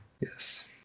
Yes